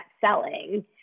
selling